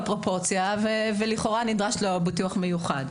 פרופורציה ולכאורה נדרש לו ביטוח מיוחד.